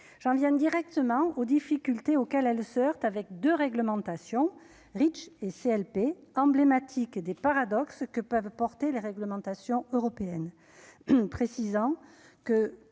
j'en viens directement aux difficultés auxquelles elle sort avec de réglementation Reach et CLP emblématique des paradoxes que peuvent porter les réglementations européennes, précisant que,